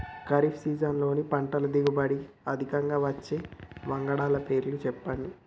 ఖరీఫ్ సీజన్లో పంటల దిగుబడి అధికంగా వచ్చే వంగడాల పేర్లు చెప్పండి?